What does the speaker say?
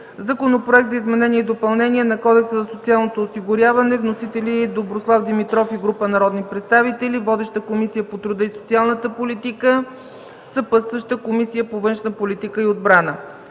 Законопроект за изменение и допълнение на Кодекса за социалното осигуряване. Вносители – Доброслав Димитров и група народни представители. Водеща е Комисията по труда и социалната политика. Съпътстваща е Комисията по външна политика и отбрана.